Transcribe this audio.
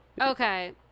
Okay